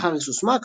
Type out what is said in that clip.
לאחר היסוס מה,